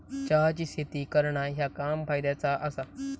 चहाची शेती करणा ह्या काम फायद्याचा आसा